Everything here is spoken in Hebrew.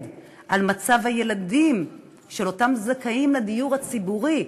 על מצב הילדים של אותם זכאים לדיור הציבורי,